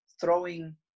throwing